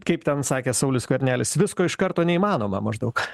kaip ten sakė saulius skvernelis visko iš karto neįmanoma maždaug